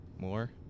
More